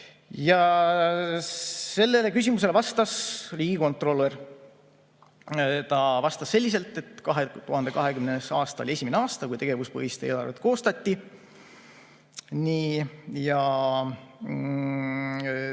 Sellele küsimusele vastas riigikontrolör. Ta vastas selliselt, et 2020. aasta oli esimene aasta, kui tegevuspõhist eelarvet koostati. Janar